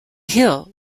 hill